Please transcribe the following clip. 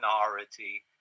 minority